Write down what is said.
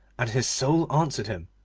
and his soul answered him,